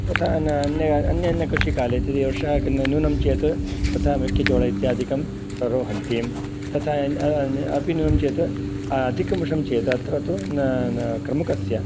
तथा अन्य अन्यकृषिकाले यदि वर्षा न्यूना चेत् तथा मेक्केजोळा इत्यादिकं रोहन्तिं तथा अपि न्यूनं चेत् अधिकं वर्षं चेत् अत्र तु क्रमुकस्य